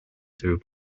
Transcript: through